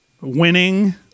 winning